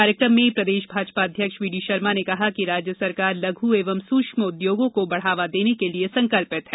कार्यकम में प्रदेश भाजपा अध्यक्ष वीडी शर्मा ने कहा कि राज्य सरकार लघु एवं सूक्ष्म उद्योगों को बढ़ावा देने के लिये संकल्पित है